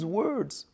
words